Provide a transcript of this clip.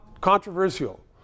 controversial